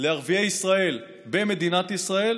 לערביי ישראל במדינת ישראל,